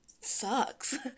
sucks